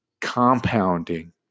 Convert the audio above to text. compounding